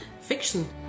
fiction